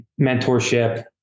mentorship